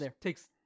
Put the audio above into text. takes